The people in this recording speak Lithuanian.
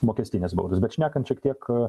mokestines baudas bet šnekant šiek tiek